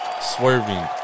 Swerving